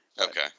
Okay